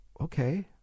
okay